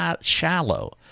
shallow